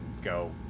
go